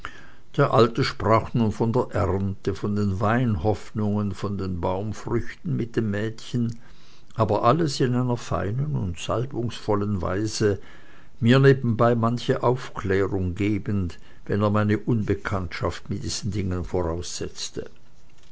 der alte sprach nun von der ernte von den weinhoffnungen von den baumfrüchten mit den mädchen aber alles in einer feinen und salbungsvollen weise mir nebenbei manche aufklärung gebend wenn er meine unbekanntschaft mit diesen dingen voraussetzte